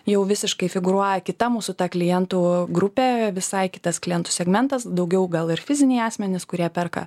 jau visiškai figūruoja kita mūsų tą klientų grupė visai kitas klientų segmentas daugiau gal ir fiziniai asmenys kurie perka